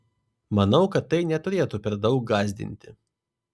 manau kad tai neturėtų per daug gąsdinti